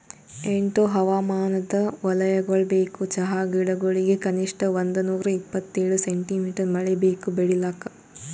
ಎಂಟು ಹವಾಮಾನದ್ ವಲಯಗೊಳ್ ಬೇಕು ಚಹಾ ಗಿಡಗೊಳಿಗ್ ಕನಿಷ್ಠ ಒಂದುನೂರ ಇಪ್ಪತ್ತೇಳು ಸೆಂಟಿಮೀಟರ್ ಮಳೆ ಬೇಕು ಬೆಳಿಲಾಕ್